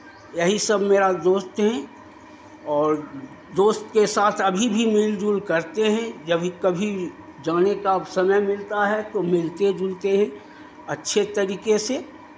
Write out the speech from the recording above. यही सब मेरा दोस्त हैं और दोस्त के साथ अभी भी मिलजुल करते हैं जब कभी जाने का समय मिलता है तो मिलते जुलते हैं अच्छे तरीके से